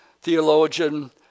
Theologian